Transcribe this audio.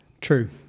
True